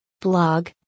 Blog